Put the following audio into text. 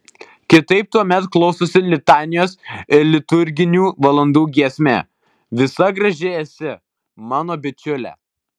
kitaip tuomet klausosi litanijos ir liturginių valandų giesmė visa graži esi mano bičiule